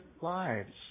lives